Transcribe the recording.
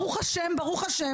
ברוך השם,